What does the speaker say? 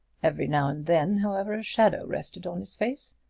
every now and then, however, a shadow rested on his face.